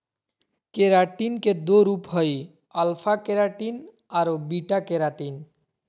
keratin के दो रूप हइ, अल्फा केराटिन आरो बीटा केराटिन